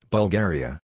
Bulgaria